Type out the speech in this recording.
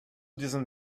diesem